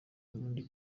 burundi